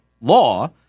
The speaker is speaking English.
law